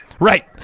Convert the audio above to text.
Right